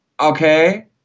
okay